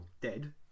dead